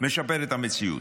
משפר את המציאות.